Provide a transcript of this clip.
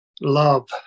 love